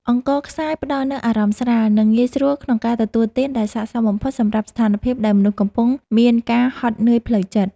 អង្ករខ្សាយផ្តល់នូវអារម្មណ៍ស្រាល និងងាយស្រួលក្នុងការទទួលទានដែលសក្តិសមបំផុតសម្រាប់ស្ថានភាពដែលមនុស្សកំពុងមានការហត់នឿយផ្លូវចិត្ត។